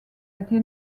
été